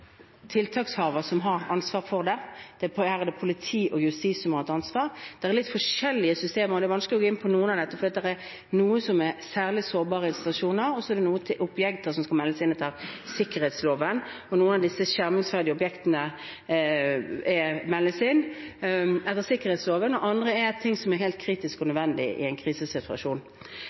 politi og justis som har hatt ansvar. Det er litt forskjellige systemer, og det er vanskelig å gå inn på noe av dette fordi noe er særlig sårbare institusjoner, og noen objekter skal meldes inn etter sikkerhetsloven. Noen av disse skjermingsverdige objektene meldes inn etter sikkerhetsloven, og andre er ting som er helt kritisk og nødvendig i en krisesituasjon.